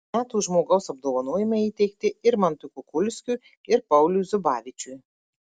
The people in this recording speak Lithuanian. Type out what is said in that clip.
metų žmogaus apdovanojimai įteikti irmantui kukulskiui ir pauliui zubavičiui